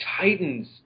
Titans